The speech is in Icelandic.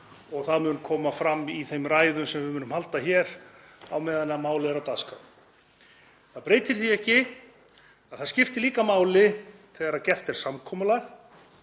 og það mun koma fram í þeim ræðum sem við munum halda hér á meðan málið er á dagskrá. Það breytir því ekki að það skiptir líka máli þegar gert er samkomulag